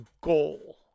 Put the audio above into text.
goal